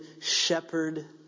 shepherd